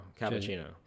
cappuccino